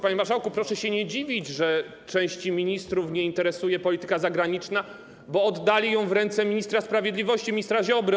Panie marszałku, proszę się nie dziwić, że części ministrów nie interesuje polityka zagraniczna, bo oddali ją w ręce ministra sprawiedliwości, ministra Ziobry.